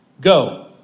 go